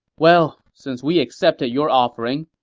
well, since we accepted your offering,